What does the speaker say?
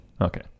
Okay